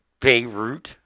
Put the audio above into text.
Beirut